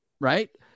Right